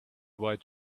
white